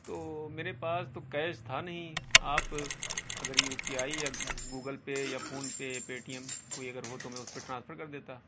تو میرے پاس تو کیش تھا نہیں آپ اگر یو پی آئی یا گوگل پے یا PhonePe Paytm کوئی اگر ہو تو میں اس پہ ٹرانسفر کر دیتا